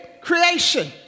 creation